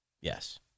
Yes